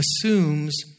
assumes